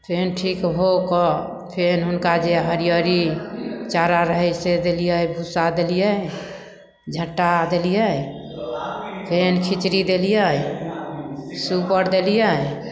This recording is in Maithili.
फेन ठीक भऽ कऽ फेन हुनका जे हरियरी चारा रहै से दलियै भुस्सा दलियै झट्टा दलियै फेन खिचड़ी देलियै सुपर देलियै